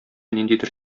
ниндидер